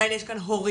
עדיין יש כאן הורים,